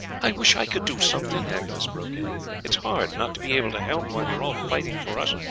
i wish i could do something, agnes broke in it is hard not to be able to help while you are all fighting for us.